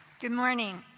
good morning.